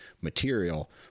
material